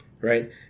Right